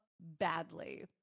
badly